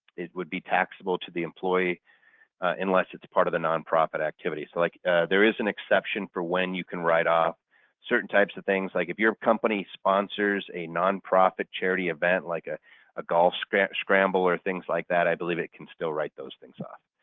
it would be taxable to the employee unless it's part of the non-profit activity. so like there is an exception for when you can write off certain types of things like if your company sponsors a non-profit charity event like ah a golf scramble scramble or things like that, i believe it can still write those things off.